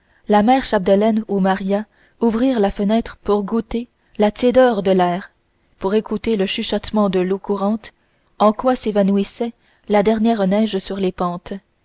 la mère chapdelaine ou maria ouvrirent la fenêtre pour goûter la tiédeur de l'air pour écouter le chuchotement de l'eau courante en quoi s'évanouissait la dernière neige sur les pentes